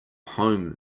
home